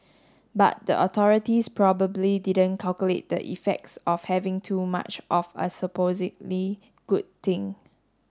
but the authorities probably didn't calculate the effects of having too much of a supposedly good thing